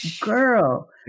Girl